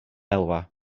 elwa